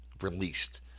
released